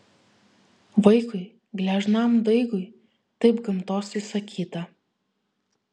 vaikui gležnam daigui taip gamtos įsakyta